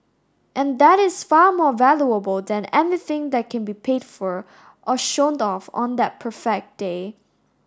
and that is far more valuable than anything that can be paid for or showed off on that perfect day